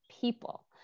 people